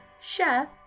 share